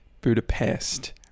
Budapest